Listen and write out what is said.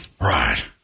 Right